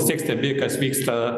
vistiek stebi kas vyksta